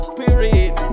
Spirit